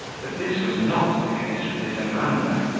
but this was not the case with his amanda,